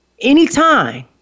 anytime